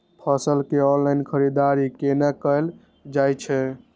फसल के ऑनलाइन खरीददारी केना कायल जाय छै?